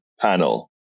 panel